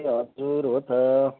ए हजुर हो त